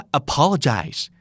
apologize